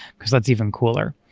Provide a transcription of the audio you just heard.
because that's even cooler.